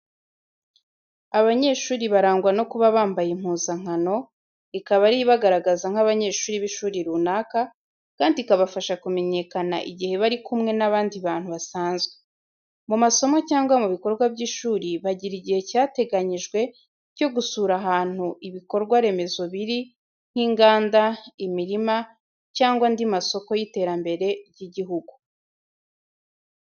Abanyeshuri barangwa no kuba bambaye impuzankano, ikaba ari yo ibagaragaza nk'abanyeshuri b'ishuri runaka, kandi ikabafasha kumenyekana igihe bari kumwe n'abandi bantu basanzwe. Mu masomo cyangwa mu bikorwa by'ishuri, bagira igihe cyateganyijwe cyo gusura ahantu ibikorwa remezo biri, nk’inganda, imirima cyangwa andi masoko y’iterambere ry’igihugu.